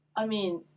i mean,